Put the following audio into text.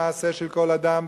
במעשה של כל אדם,